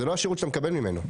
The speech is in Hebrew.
זה לא השירות שאתה מקבל ממנו.